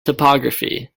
topography